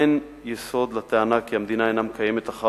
אין יסוד לטענה כי המדינה אינה מקיימת אחר